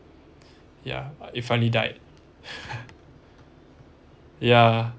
ya it finally died ya